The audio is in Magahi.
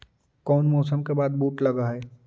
कोन मौसम के बाद बुट लग है?